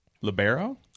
Libero